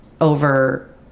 over